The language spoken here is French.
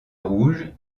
rouge